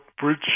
bridge